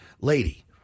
lady